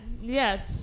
yes